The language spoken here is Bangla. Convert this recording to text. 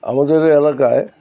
আমাদের এলাকায়